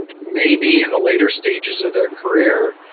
maybe in the later stages of their career,